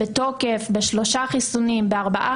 החיסון בתוקף והם מחוסנים בשלושה חיסונים ובארבעה